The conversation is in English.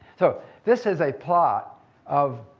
so this is a plot of,